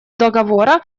договора